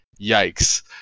yikes